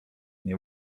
nie